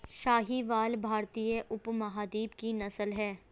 साहीवाल भारतीय उपमहाद्वीप की नस्ल है